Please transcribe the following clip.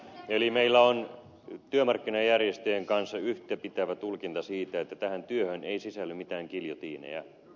eli meillä on työmarkkinajärjestöjen kanssa yhtäpitävä tulkinta siitä että tähän työhön ei sisälly mitään giljotiineja